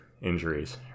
injuries